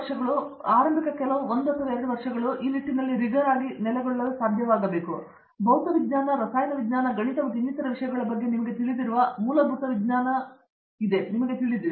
ಪ್ರತಾಪ್ ಹರಿಡೋಸ್ ಅವರು ಬಂದಾಗ ಮತ್ತು ಕೆಲವು ವರ್ಷಗಳು ಅಥವಾ ಎರಡು ವರ್ಷಗಳು ಈ ನಿಟ್ಟಿನಲ್ಲಿ ರಿಗ್ಗರ್ ಆಗಿ ನೆಲೆಗೊಳ್ಳಲು ಸಾಧ್ಯವಾದರೆ ಭೌತವಿಜ್ಞಾನ ರಸಾಯನಶಾಸ್ತ್ರ ಗಣಿತ ಮತ್ತು ಇನ್ನಿತರ ವಿಷಯಗಳ ಬಗ್ಗೆ ನಿಮಗೆ ತಿಳಿದಿರುವ ಮೂಲಭೂತ ವಿಜ್ಞಾನಗಳನ್ನು ನಾನು ತಿಳಿದಿದ್ದೇನೆ